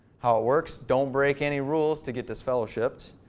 how it work? don't break any rules to get disfellowshipped.